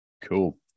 Cool